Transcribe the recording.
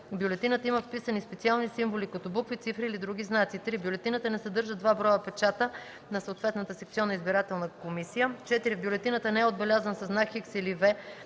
бюлетината има вписани специални символи като букви, цифри или други знаци; 3. бюлетината не съдържа два броя печата на съответната секционна избирателна комисия; 4. в бюлетината не е отбелязан със знак „Х” или